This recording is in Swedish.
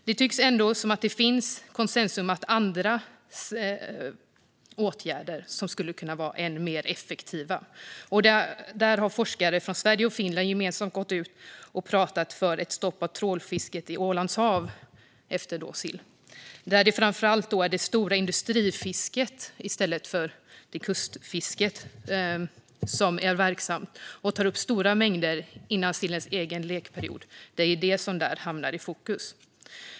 Det tycks ändå finnas konsensus om andra åtgärder som skulle kunna vara ännu mer effektiva. Där har forskare från Sverige och Finland gemensamt talat för ett stopp av trålfisket av sill i Ålands hav. Det är framför allt det stora industrifisket i stället för kustfisket som är verksamt och tar upp stora mängder före sillens egen lekperiod. Det är vad som hamnar i fokus.